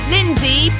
Lindsay